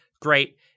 great